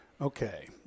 Okay